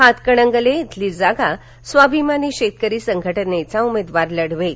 हातकणंगले इथली जागा स्वाभिमानी शेतकरी संघ जिचा उमेदवार लढवेल